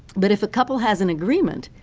but if a couple has an agreement,